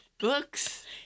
books